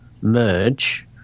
merge